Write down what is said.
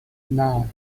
nine